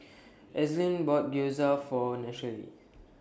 Ainsley bought Gyoza For